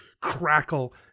crackle